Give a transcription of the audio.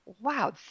wow